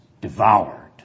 Devoured